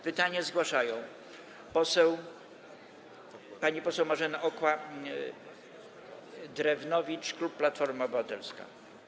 Pytanie zgłasza pani poseł Marzena Okła-Drewnowicz, klub Platforma Obywatelska.